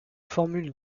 formules